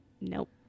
Nope